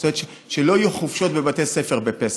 זאת אומרת שלא יהיו חופשות בבתי הספר בפסח,